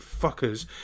fuckers